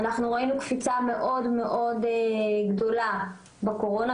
ראינו קפיצה מאוד מאוד גדולה בקורונה,